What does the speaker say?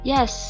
Yes